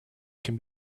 can